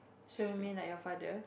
so you mean like your father